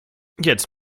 jetzt